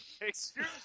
Excuse